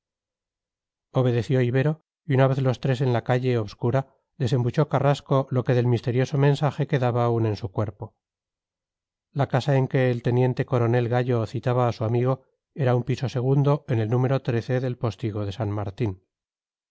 obedeció ibero y una vez los tres en la calle obscura desembuchó carrasco lo que del misterioso mensaje aún quedaba en su cuerpo la casa en que el teniente coronel gallo citaba a su amigo era un piso segundo en el número del postigo de san martín